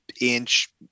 inch